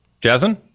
Jasmine